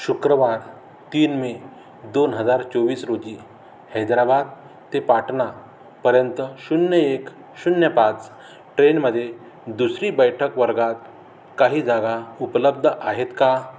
शुक्रवार तीन मे दोन हजार चोवीस रोजी हैदराबाद ते पाटणापर्यंत शून्य एक शून्य पाच ट्रेनमध्ये दुसरी बैठक वर्गात काही जागा उपलब्ध आहेत का